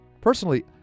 personally